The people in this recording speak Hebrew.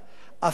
אפל וחשוך,